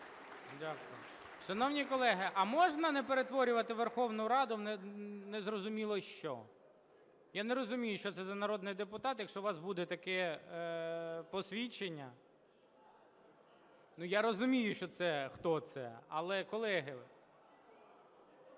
Дякую. Шановні колеги, а можна не перетворювати Верховну Раду у незрозуміло що? Я не розумію, що це за народний депутат, якщо у вас буде таке посвідчення. Я розумію, хто це, але, колеги…